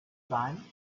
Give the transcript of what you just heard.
sein